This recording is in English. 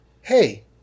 hey